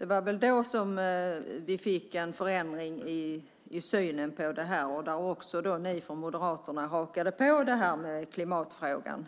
och vi fick en förändring i synen på klimatfrågan. Även Moderaterna hakade på den.